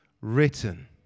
written